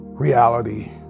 Reality